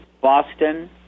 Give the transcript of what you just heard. Boston